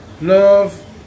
love